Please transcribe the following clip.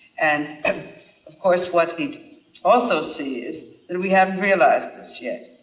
and of course what he'd also see is that we haven't realized this yet.